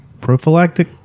prophylactic